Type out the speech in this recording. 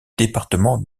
département